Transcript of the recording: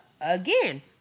Again